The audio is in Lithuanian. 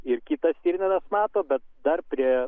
ir kitas stirninas mato bet dar prie